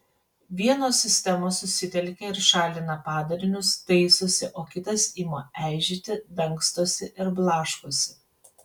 vienos sistemos susitelkia ir šalina padarinius taisosi o kitos ima eižėti dangstosi ir blaškosi